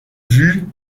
vue